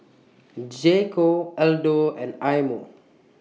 J Co Aldo and Eye Mo